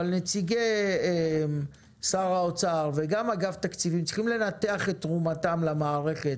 אבל נציגי משרד האוצר וגם אגף התקציבים צריכים לנתח את תרומתן למערכת,